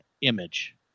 image